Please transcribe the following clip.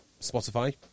Spotify